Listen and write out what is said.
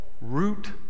root